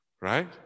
Right